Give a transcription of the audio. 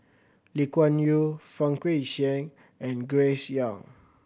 Lee Kuan Yew Fang Guixiang and Grace Young